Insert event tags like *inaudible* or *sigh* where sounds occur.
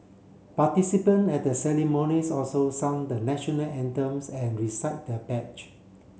participant at the ceremonies also sang the National Anthem and recite the *unintelligible*